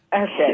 okay